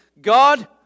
God